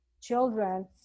children